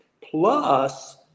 Plus